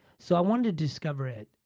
so i wanted to discover it,